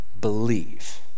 believe